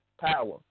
power